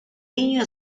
niño